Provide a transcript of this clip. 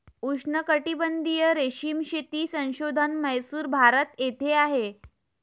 उष्णकटिबंधीय रेशीम शेती संशोधन म्हैसूर, भारत येथे आहे